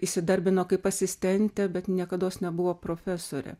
įsidarbino kaip asistentė bet niekados nebuvo profesorė